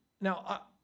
Now